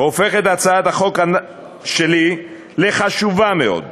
הופכת הצעת החוק שלי לחשובה מאוד.